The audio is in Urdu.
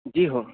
جی ہو